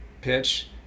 pitch